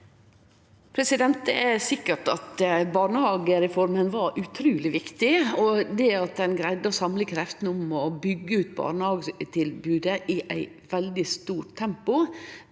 Det er sikkert at barnehagereforma var utruleg viktig, og det at ein greidde å samle kreftene om å byggje ut barnehagetilbodet i eit veldig stort tempo,